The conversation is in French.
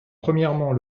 premièrement